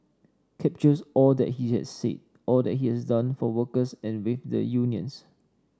captures all that he had said all that he has done for workers and with the unions